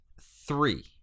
three